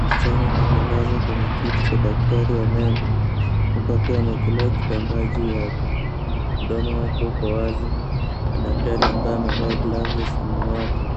Msichana amelazwa kwenye kiti cha daktari wa meno, huku akiwa amewekelewa kitambaa juu yake. Mdomo wake uko wazi, na daktari ambaye amevaa glavu za samawati,